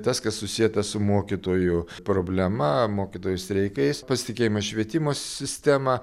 tas kas susieta su mokytojų problema mokytojų streikais pasitikėjimas švietimo sistema